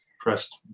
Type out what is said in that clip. pressed